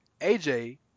AJ